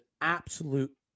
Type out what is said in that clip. absolute